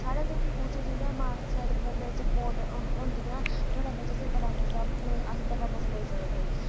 साढ़े उधमपुर च जि'यां मानसर बिच बोट होंदियां नुहाडे़ बिच असें गी बड़ा मजा अस बड़ा मजा लेई सकदे